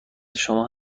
شما